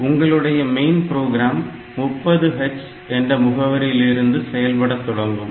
உங்களுடைய main program 30h என்ற முகவரியில் இருந்து செயல்பட தொடங்கும்